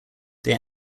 they